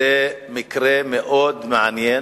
זה מקרה מאוד מעניין,